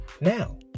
Now